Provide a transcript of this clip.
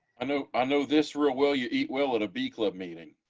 i know, i know this real well. you eat well it bee club meeting.